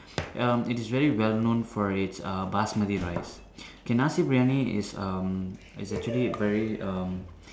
um it's very well known for it's uh Basmati rice okay Nasi-Briyani is um is actually very um